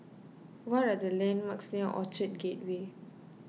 what are the landmarks near Orchard Gateway